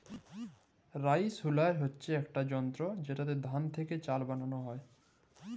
rice huller হছে ইকট যলতর যেটতে ধাল থ্যাকে চাল বালাল হ্যয়